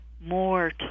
more